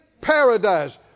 paradise